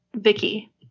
vicky